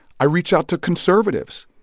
i reached out to conservatives,